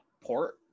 port